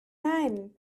nein